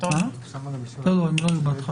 אמרו פה הרבה דברים חשובים לפניי,